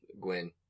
Gwen